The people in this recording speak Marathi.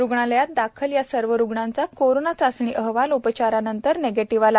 रुग्णालयात दाखल या सर्व रुग्णांचा कोरोना चाचणी अहवाल उपचारानंतर निगेटिव्ह आला